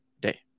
day